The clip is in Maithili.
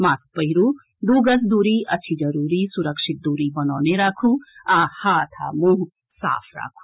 मास्क पहिरू दू गज दूरी अछि जरूरी सुरक्षित दूरी बनौने राखू आ हाथ आ मुंह साफ राखू